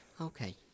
Okay